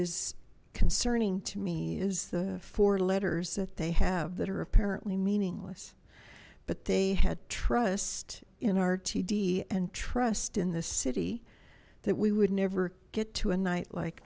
is concerning to me is the four letters that they have that are apparently meaningless but they had trust in rtd and trust in the city that we would never get to a night like